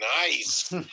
Nice